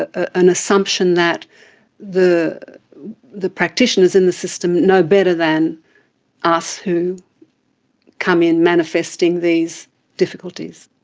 ah ah an assumption that the the practitioners in the system know better than us who come in manifesting these difficulties.